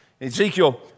Ezekiel